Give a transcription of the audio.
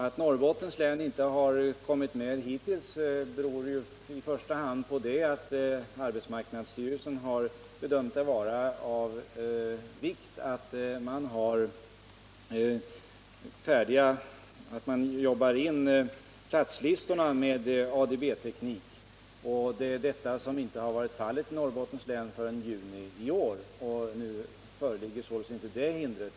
Att Norrbottens län hittills inte kommit med beror i första hand på att arbetsmarknadsstyrelsen bedömt det vara av vikt att man bearbetar platslistorna med ADB-teknik. Sådan teknik har inte använts i Norrbottens län förrän i juni i år. Nu föreligger således inte det hindret.